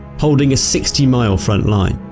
holding a sixty mile front line.